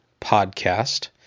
Podcast